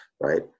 right